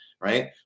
right